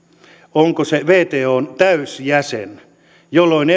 onko se wton täysjäsen jolloin